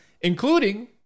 including